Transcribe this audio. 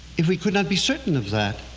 if we could not be certain of that.